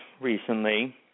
recently